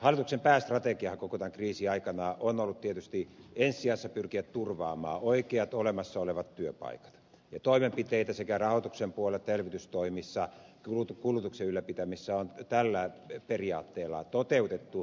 hallituksen päästrategiahan koko tämän kriisin ajan on ollut tietysti ensi sijassa pyrkiä turvaamaan oikeat olemassa olevat työpaikat ja toimenpiteitä sekä rahoituksen puolella että elvytystoimissa kulutuksen ylläpitämisessä on tällä periaatteella toteutettu